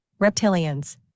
Reptilians